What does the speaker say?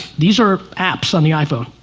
these are apps on the iphone.